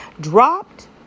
dropped